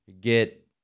get